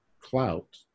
clout